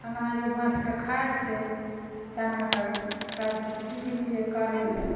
एना ई माँछके खाइ छै तेना कऽ सबकिछु सिखलियै करै लए